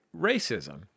racism